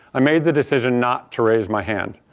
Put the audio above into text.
i made the decision not to raise my hand.